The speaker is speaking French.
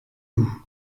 vous